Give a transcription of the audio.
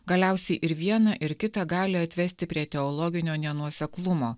galiausiai ir viena ir kita gali atvesti prie teologinio nenuoseklumo